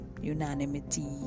unanimity